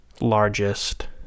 largest